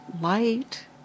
light